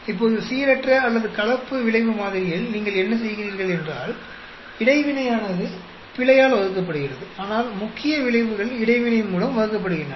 இப்போது சீரற்ற அல்லது கலப்பு விளைவு மாதிரியில் நீங்கள் என்ன செய்கிறீர்கள் என்றால் இடைவினையானது பிழையால் வகுக்கப்படுகிறது ஆனால் முக்கிய விளைவுகள் இடைவினை மூலம் வகுக்கப்படுகின்றன